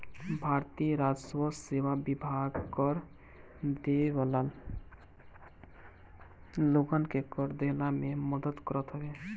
भारतीय राजस्व सेवा विभाग कर देवे वाला लोगन के कर देहला में मदद करत हवे